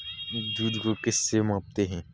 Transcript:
दूध को किस से मापते हैं?